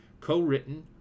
co-written